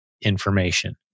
information